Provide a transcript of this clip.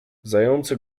zające